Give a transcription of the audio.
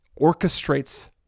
orchestrates